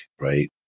right